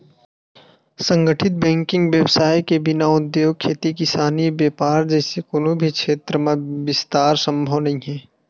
संगठित बेंकिग बेवसाय के बिना उद्योग, खेती किसानी, बेपार जइसे कोनो भी छेत्र म बिस्तार संभव नइ हे